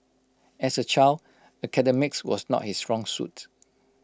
as A child academics was not his strong suit